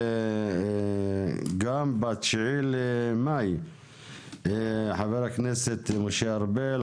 גם ב-9 במאי חה"כ משה ארבל,